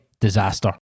disaster